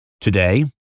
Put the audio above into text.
today